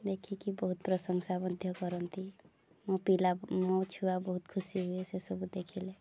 ଦେଖିକି ବହୁତ ପ୍ରଶଂସା ମଧ୍ୟ କରନ୍ତି ମୋ ପିଲା ମୋ ଛୁଆ ବହୁତ ଖୁସି ହୁଏ ସେସବୁ ଦେଖିଲେ